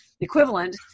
equivalent